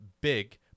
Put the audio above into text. big